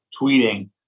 tweeting